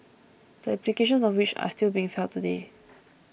the implications of which are still being felt today